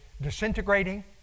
disintegrating